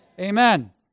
Amen